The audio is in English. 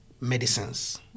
medicines